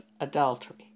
adultery